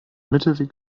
mittelweg